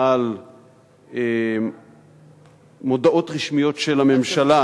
על מודעות רשמיות של הממשלה